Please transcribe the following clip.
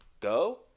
go